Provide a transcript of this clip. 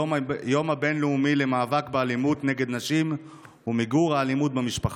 היום הבין-לאומי למאבק באלימות נגד נשים ולמיגור האלימות במשפחה.